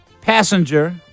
passenger